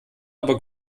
aber